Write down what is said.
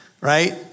right